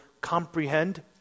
comprehend